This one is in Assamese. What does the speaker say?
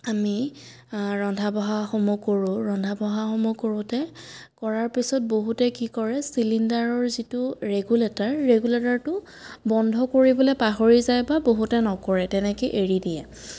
আমি ৰন্ধা বঢ়াসমূহ কৰোঁ ৰন্ধা বঢ়াসমূহ কৰোঁতে কৰাৰ পিছত বহুতে কি কৰে চিলিণ্ডাৰৰ যিটো ৰেগুলেটাৰ ৰেগুলেটাৰটো বন্ধ কৰিবলৈ পাহৰি যায় বা বহুতে নকৰে তেনেকৈ এৰি দিয়ে